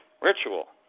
ritual